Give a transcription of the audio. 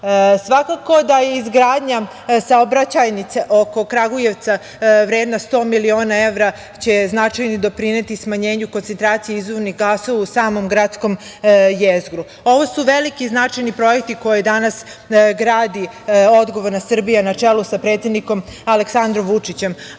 da će izgradnja saobraćajnice oko Kragujevca vredna 100 miliona evra značajno doprineti smanjenju koncentracije izduvnih gasova u samom gradskom jezgru. Ovo su veliki i značajni projekti koje danas gradi odgovorna Srbija na čelu sa predsednikom Aleksandrom Vučićem.